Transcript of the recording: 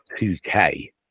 2K